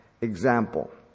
example